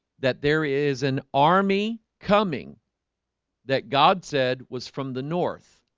that there is an army coming that god said was from the north